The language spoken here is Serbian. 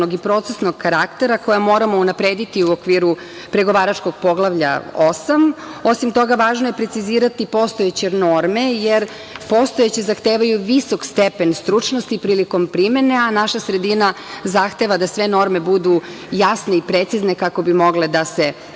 i procesnog karaktera koja moramo unaprediti u okviru pregovaračkog poglavlja 8. Osim toga, važno je precizirati postojeće norme, jer postojeće zahtevaju visok stepen stručnosti prilikom primene, a naša sredina zahteva da sve norme budu jasne i precizne kako bi mogle da se